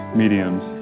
mediums